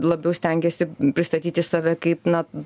labiau stengiasi pristatyti save kaip na